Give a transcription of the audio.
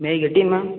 May I get in ma'am